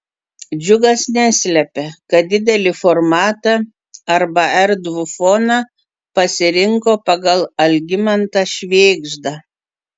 džiugas neslepia kad didelį formatą arba erdvų foną pasirinko pagal algimantą švėgždą